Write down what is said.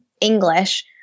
English